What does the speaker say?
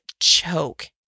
choke